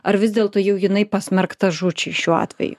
ar vis dėlto jau jinai pasmerkta žūčiai šiuo atveju